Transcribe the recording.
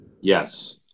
Yes